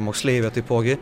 moksleivė taipogi